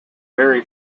vary